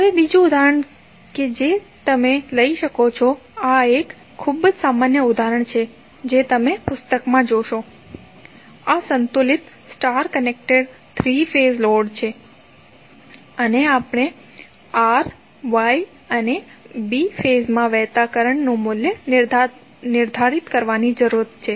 હવે બીજું ઉદાહરણ કે જે તમે લઈ શકો છો અને આ એક ખૂબ જ સામાન્ય ઉદાહરણ છે જે તમે પુસ્તકમાં જોશો આ સંતુલિત સ્ટાર કનેક્ટેડ 3 ફેઝ લોડ છે અને આપણે R Y અને B ફેઝમાં વહેતા કરન્ટ્સનું મૂલ્ય નિર્ધારિત કરવાની જરૂર છે